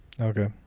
okay